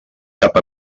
cap